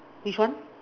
which one